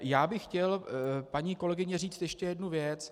Já bych chtěl, paní kolegyně, říct ještě jednu věc.